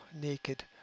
naked